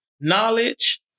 knowledge